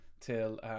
till